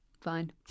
fine